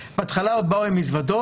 בהתחלה עוד באו עם מזוודות.